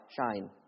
shine